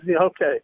Okay